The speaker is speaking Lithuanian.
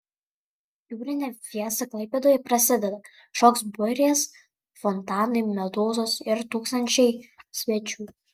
jūrinė fiesta klaipėdoje prasideda šoks burės fontanai medūzos ir tūkstančiai svečių